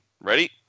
Ready